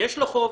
ויש לו חוב.